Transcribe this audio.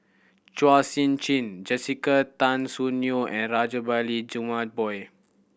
Chua Sian Chin Jessica Tan Soon Neo and Rajabali Jumabhoy